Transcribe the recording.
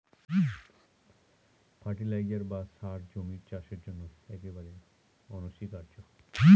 fertiliser বা সার জমির চাষের জন্য একেবারে অনস্বীকার্য